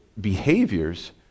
behaviors